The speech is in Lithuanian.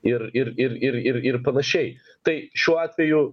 ir ir ir ir ir ir panašiai tai šiuo atveju